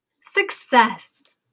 success